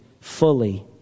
fully